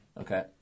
Okay